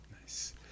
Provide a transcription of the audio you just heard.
Nice